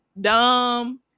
dumb